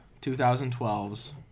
2012's